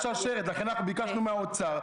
שרשרת, לכן ביקשנו מהאוצר.